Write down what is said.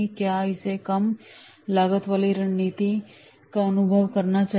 क्या इसे कम लागत वाली रणनीति का अनुभव करना चाहिए